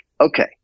okay